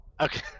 Okay